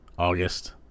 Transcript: August